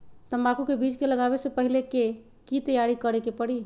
तंबाकू के बीज के लगाबे से पहिले के की तैयारी करे के परी?